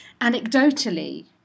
anecdotally